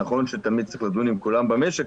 נכון שתמיד צריך לדון עם כולם במשק,